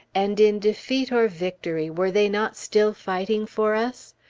and in defeat or victory, were they not still fighting for us?